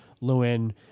Lewin